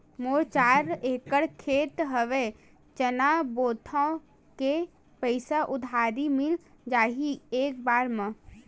मोर चार एकड़ खेत हवे चना बोथव के पईसा उधारी मिल जाही एक बार मा?